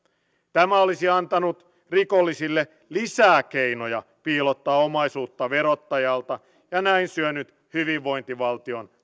tämä olisi antanut rikollisille lisää keinoja piilottaa omaisuuttaan verottajalta ja näin syönyt hyvinvointivaltion